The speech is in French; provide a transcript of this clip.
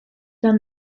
dans